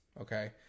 okay